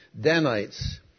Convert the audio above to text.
Danites